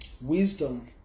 wisdom